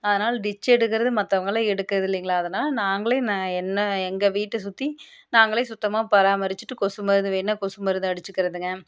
அதனால் டிச்சை எடுக்கிறது மற்றவங்கள்லாம் எடுக்கிறது இல்லைங்களா அதனால் நாங்களே என்ன எங்கள் வீட்டை சுற்றி நாங்களே சுத்தமாக பராமரிச்சுட்டு கொசு மருந்து வேணும்னா கொசு மருந்து அடிச்சுக்கிறதுங்க